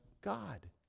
God